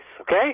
okay